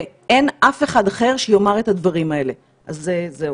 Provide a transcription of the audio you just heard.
ואין אף אחד אחד שיאמר את הדברים האלה, אז זהו.